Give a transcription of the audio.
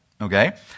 Okay